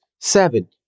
seven